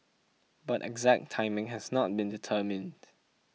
but exact timing has not been determined